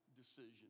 decision